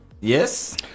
Yes